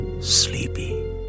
sleepy